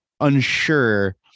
unsure